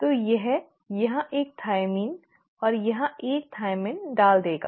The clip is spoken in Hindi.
तो यह यहाँ एक थाइमिन और यहाँ एक थाइमिन डाल देगा